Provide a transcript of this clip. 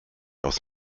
aus